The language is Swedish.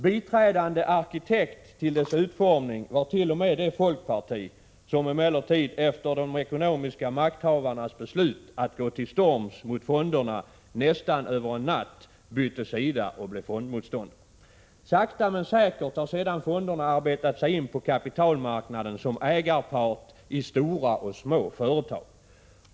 Biträdande arkitekt till dess utformning var t.o.m. det folkparti som emellertid efter de ekonomiska makthavarnas beslut att gå till storms mot fonderna nästan över en natt bytte sida och blev fondmotståndare. Sakta men säkert har sedan fonderna arbetat sig in på kapitalmarknaden 59 som ägarpart i stora och små företag.